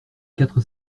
quatre